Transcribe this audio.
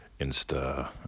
Insta